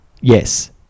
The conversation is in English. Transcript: yes